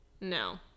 no